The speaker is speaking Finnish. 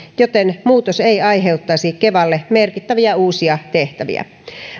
joten muutos ei aiheuttaisi kevalle merkittäviä uusia tehtäviä